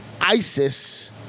ISIS